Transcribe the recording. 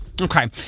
Okay